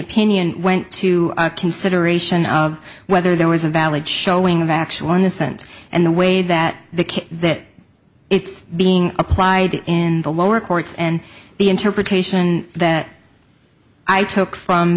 opinion went to a consideration of whether there was a valid showing of actual innocence and the way that the case that it's being applied in the lower courts and the interpretation that i took from